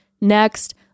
next